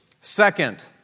Second